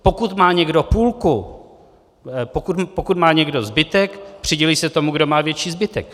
Pokud má někdo půlku... pokud má někdo zbytek, přidělí se tomu, kdo má větší zbytek.